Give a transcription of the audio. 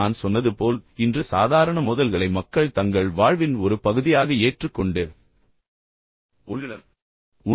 நான் சொன்னது போல் இன்று சாதாரண மோதல்களை மக்கள் தங்கள் வாழ்வின் ஒரு பகுதியாக ஏற்றுக்கொண்டுள்ளனர்